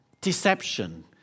Deception